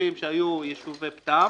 ביישובים שהיו יישובי פטם,